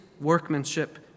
workmanship